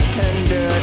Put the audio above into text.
tender